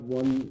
one